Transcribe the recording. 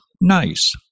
nice